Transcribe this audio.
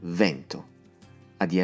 vento